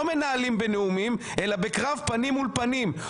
מנהלים בנאומים אלא בקרב פנים מול פנים,